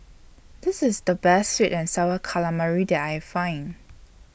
This IS The Best Sweet and Sour Calamari that I Find